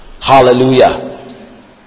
hallelujah